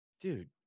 dude